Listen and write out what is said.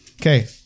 Okay